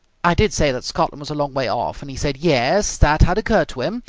i did say that scotland was a long way off, and he said yes, that had occurred to him,